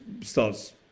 starts